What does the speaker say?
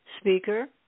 speaker